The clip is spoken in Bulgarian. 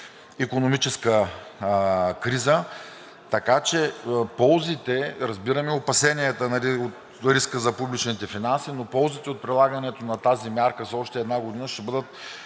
икономическа криза. Разбираме опасенията от риска за публичните финансите, но ползите от прилагането на тази мярка с още една година ще бъдат